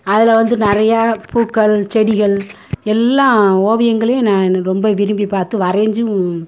அதில் வந்து நிறையா பூக்கள் செடிகள் எல்லாம் ஓவியங்களையும் நான் எனக்கு ரொம்ப விரும்பி பார்த்து வரைஞ்சும்